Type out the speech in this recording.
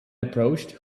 approached